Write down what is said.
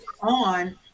on